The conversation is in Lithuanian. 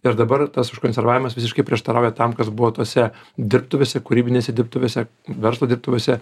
ir dabar tas užkonservavimas visiškai prieštarauja tam kas buvo tose dirbtuvėse kūrybinėse dirbtuvėse verslo dirbtuvėse